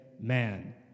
man